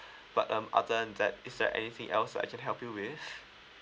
but um other than that is there anything else I can help you with